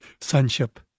Sonship